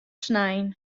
snein